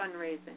fundraising